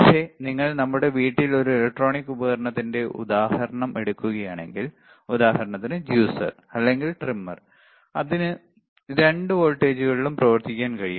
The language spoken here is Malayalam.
പക്ഷേ നിങ്ങൾ നമ്മളുടെ വീട്ടിൽ ഒരു ഇലക്ട്രോണിക് ഉപകരണത്തിന്റെ ഒരു ഉദാഹരണം എടുക്കുകയാണെങ്കിൽ ഉദാഹരണത്തിന് ജ്യൂസർ അല്ലെങ്കിൽ ട്രിമ്മർ അതിന് രണ്ട് വോൾട്ടേജുകളിലും പ്രവർത്തിക്കുവാൻ കഴിയും